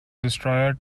destroyer